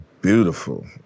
beautiful